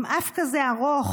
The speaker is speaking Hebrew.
עם אף כזה ארוך,